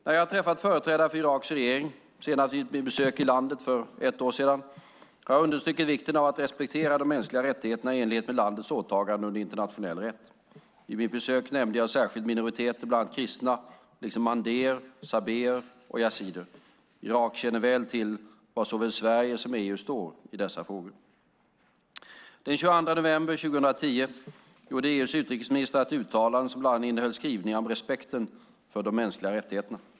När jag har träffat företrädare för Iraks regering, senast vid mitt besök i landet för ett år sedan, har jag understrukit vikten av att respektera de mänskliga rättigheterna i enlighet med landets åtaganden under internationell rätt. Vid mitt besök nämnde jag särskilt minoriteterna, bland annat kristna liksom mandéer/sabéer och yazidier. Irak känner väl till var såväl Sverige som EU står i dessa frågor. Den 22 november 2010 gjorde EU:s utrikesministrar ett uttalande som bland annat innehöll skrivningar om respekten för de mänskliga rättigheterna.